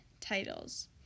titles